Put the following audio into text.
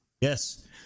Yes